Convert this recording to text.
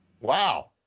Wow